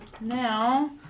now